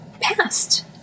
past